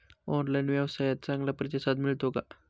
Online व्यवसायात चांगला प्रतिसाद मिळतो का?